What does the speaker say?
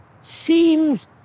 seems